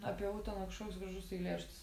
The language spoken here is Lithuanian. apie uteną kažkoks gražus eilėraštis